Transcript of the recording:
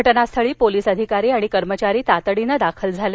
घटनास्थळी पोलीस अधिकारी आणि कर्मचारी तातडीनं दाखल झाले